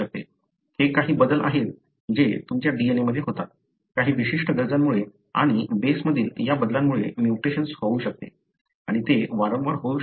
हे काही बदल आहेत जे तुमच्या DNA मध्ये होतात काही विशिष्ट गरजांमुळे आणि बेसमधील या बदलांमुळे म्युटेशन्स होऊ शकते आणि ते वारंवार होऊ शकतात